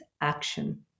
Action